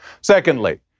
Secondly